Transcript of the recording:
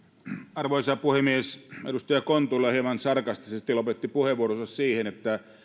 arvoisa puhemies edustaja kontula hieman sarkastisesti lopetti puheenvuoronsa siihen että kun